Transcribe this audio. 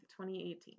2018